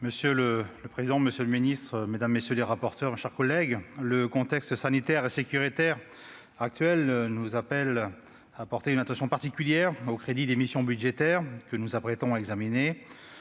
Monsieur le président, monsieur le ministre, mes chers collègues, le contexte sanitaire et sécuritaire actuel nous appelle à porter une attention particulière aux crédits des missions budgétaires que nous nous apprêtons à examiner.